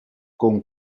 con